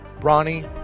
ronnie